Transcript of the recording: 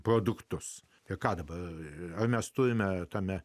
produktus ek darbą ar mes turime tame